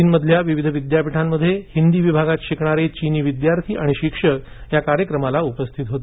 चीनमधल्या विविध विद्यापीठांमध्ये हिंदी विभागात शिकणारे चीनी विद्यार्थी आणि शिक्षक या कार्यक्रमाला उपस्थित होते